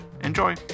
Enjoy